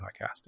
podcasting